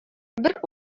бер